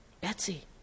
Betsy